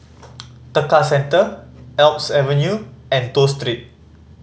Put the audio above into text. Tekka Centre Alps Avenue and Toh Street